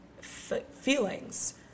feelings